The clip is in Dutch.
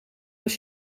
als